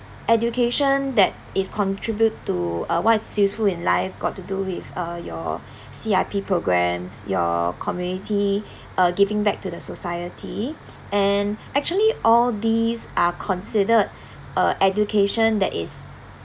education that is contribute to uh what is useful in life got to do with uh your C_R_P programme your community uh giving back to the society and actually all these are considered uh education that is